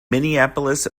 minneapolis